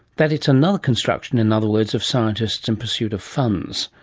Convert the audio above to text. that it's another construction, in other words, of scientists in pursuit of funds.